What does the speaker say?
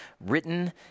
written